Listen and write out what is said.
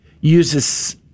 uses